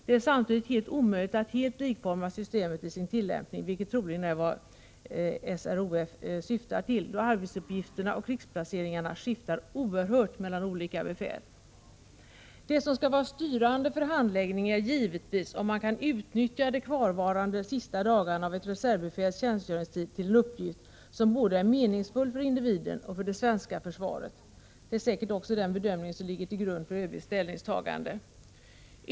Det är samtidigt alldeles omöjligt att helt likforma systemet i dess tillämpning — vilket troligen är vad SROF syftar till, eftersom arbetsuppgifterna och krigsplaceringarna skiftar oerhört mycket mellan olika befäl. Det som skall vara styrande för handläggningen är givetvis om man kan utnyttja de kvarvarande sista dagarna av ett reservbefäls tjänstgöringstid till en uppgift som är meningsfull både för individen och för det svenska försvaret. Det är säkert också den bedömningen som ligger till grund för ÖB:s ställningstagande.